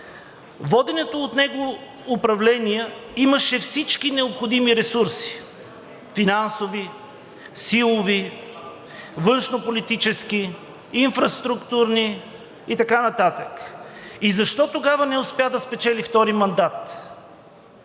Воденото от него управление имаше всички необходими ресурси – финансови, силови, външнополитически, инфраструктурни и така нататък, и защо тогава не успя да спечели втори мандат?